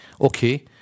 okay